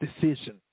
decision